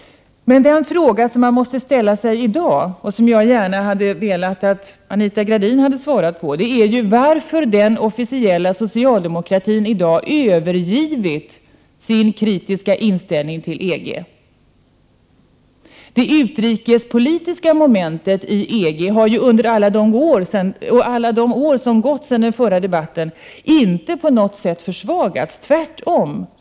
Den fråga som man i dag måste ställa sig, och som jag gärna hade velat höra Anita Gradins svar på, är varför den officiella socialdemokratin i dag övergivit sin kritiska inställning till EG. Det utrikespolitiska momentet i EG har ju under alla de år som gått sedan den förra debatten på intet sätt försvagats.